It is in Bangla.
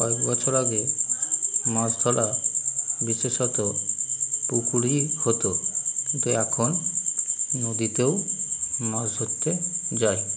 কয়েক বছর আগে মাছ ধরা বিশেষত পুকুরই হতো কিন্তু এখন নদীতেও মাছ ধরতে যাই